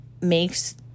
makes